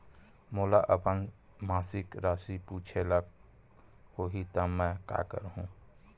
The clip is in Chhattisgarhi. मोला अपन मासिक राशि पूछे ल होही त मैं का करहु?